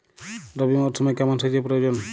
রবি মরশুমে কেমন সেচের প্রয়োজন?